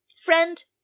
friend